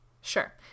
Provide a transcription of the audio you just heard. Sure